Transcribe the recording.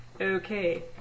Okay